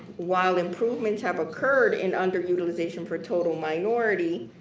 while improvements have occurred in underutilization for total minority,